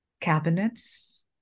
cabinets